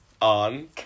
on